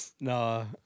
No